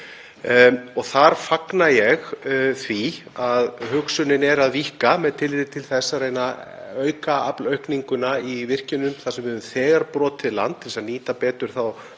Þar fagna ég því að hugsunin er að víkka með tilliti til þess að reyna að hámarka aflaukninguna í virkjunum þar sem við höfum þegar brotið land, til þess að nýta betur þá